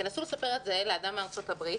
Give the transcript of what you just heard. תנסו לספר את זה לאדם מארצות הברית,